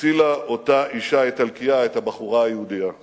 הצילה אותה אשה איטלקייה את הבחורה היהודייה והדליקה,